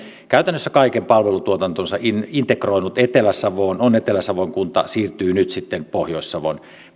käytännössä kaiken palvelutuotantonsa integroinut etelä savoon ja on etelä savon kunta siirtyy nyt sitten pohjois savon